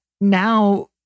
now